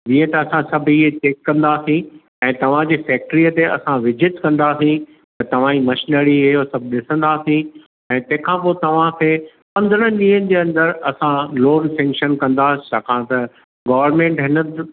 जीअं त असां सभु इहे चेक कंदासीं ऐं तव्हां जी फैक्ट्रीअ ते असां विज़िट कंदासीं तव्हां जी मशीनरी अहिड़ो सभु ॾिसंदासीं ऐं तंहिं खां पोइ तव्हां खे पंद्रंहनि ॾींहंनि जे अन्दर असां लोन सैंकशन कंदासि छाकाण त गौरमेंट हिन